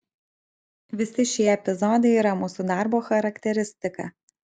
visi šie epizodai yra mūsų darbo charakteristika